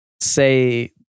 say